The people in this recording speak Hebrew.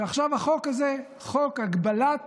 ועכשיו החוק הזה, חוק הגבלת